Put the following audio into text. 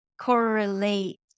correlate